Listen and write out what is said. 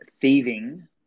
thieving